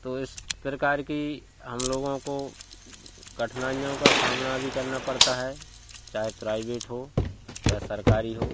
तो इस प्रकार की हम लोगों को कठिनाइयों का सामना भी करना पड़ता है चाहे प्राइवेट हो या सरकारी हो